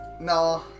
No